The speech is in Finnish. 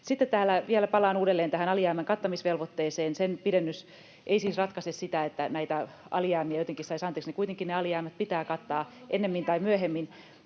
Sitten vielä palaan uudelleen tähän alijäämän kattamisvelvoitteeseen. Sen pidennys ei siis ratkaise sitä, että näitä alijäämiä jotenkin saisi anteeksi. [Annika Saarikko: Voisi toteuttaa järkevämmin